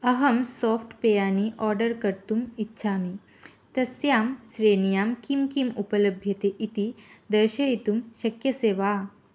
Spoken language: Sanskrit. अहं सोफ्ट् पेयानि आर्डर् कर्तुम् इच्छामि तस्यां श्रेण्यां किं किम् उपलभ्यते इति दर्शयितुं शक्यसे वा